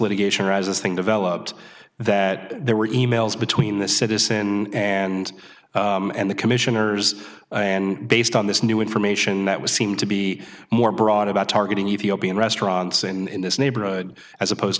litigation arises thing developed that there were e mails between the citizen and and the commissioners and based on this new information that would seem to be more broad about targeting ethiopian restaurants in this neighborhood as opposed